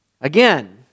again